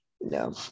No